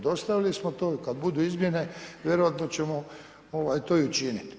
Dostavili smo to i kad budu izmjene vjerojatno ćemo to i učiniti.